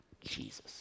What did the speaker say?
Jesus